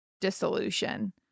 dissolution